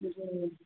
जी जी